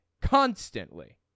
constantly